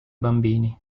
bambini